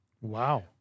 Wow